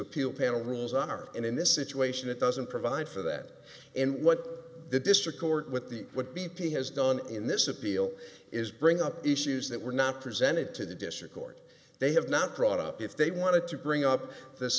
appeals panel rules on or in this situation it doesn't provide for that and what the district court with the what b p has done in this appeal is bring up issues that were not presented to the district court they have not brought up if they wanted to bring up this